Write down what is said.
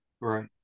Right